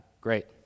great